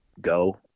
go